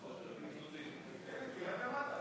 אנחנו עוברים לדיון בהשתתפות ראש הממשלה